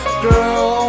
girl